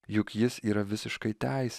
juk jis yra visiškai teis